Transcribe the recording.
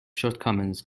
shortcomings